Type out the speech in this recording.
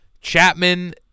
Chapman